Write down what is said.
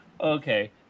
Okay